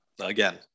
again